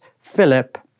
Philip